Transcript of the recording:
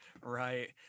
Right